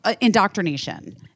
indoctrination